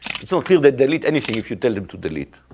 it's not clear they delete anything if you tell them to delete.